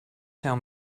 tell